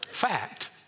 Fact